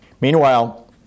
Meanwhile